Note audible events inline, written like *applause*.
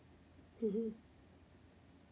*laughs*